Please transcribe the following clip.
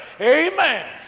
amen